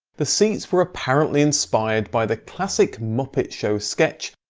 the seats were apparently inspired by the classic muppet show sketch